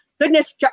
goodness